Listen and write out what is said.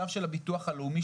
צו של הביטוח הלאומי,